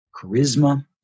charisma